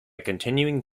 continuing